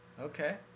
Okay